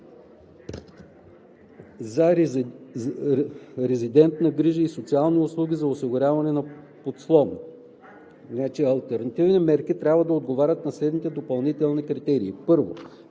за резидентна грижа и социални услуги за осигуряване на подслон. (4) Алтернативните мерки трябва да отговарят и на следните допълнителни критерии: 1.